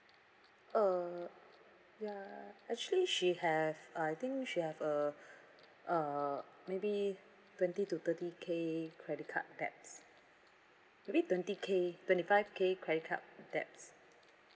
uh ya actually she have I think she have uh uh maybe twenty to thirty K credit card debts maybe twenty K twenty five K credit card debts